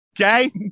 Okay